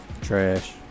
Trash